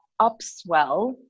upswell